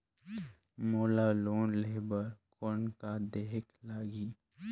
मोला लोन लेहे बर कौन का देहेक लगही?